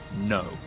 no